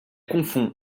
confond